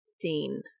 Dean